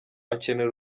akenera